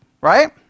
right